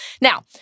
now